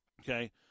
okay